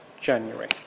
January